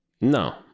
no